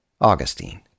Augustine